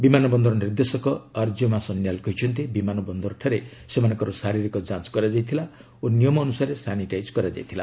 ବିମାନ ବନ୍ଦର ନିର୍ଦ୍ଦେଶକ ଆର୍ଯ୍ୟମା ସନ୍ୟାଲ୍ କହିଛନ୍ତି ବିମାନ ବନ୍ଦରଠାରେ ସେମାନଙ୍କର ଶାରୀରିକ ଯାଞ୍ଚ କରାଯାଇଥିଲା ଓ ନିୟମ ଅନୁସାରେ ସାନିଟାଇଜ୍ କରାଯାଇଥିଲା